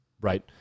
Right